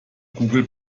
google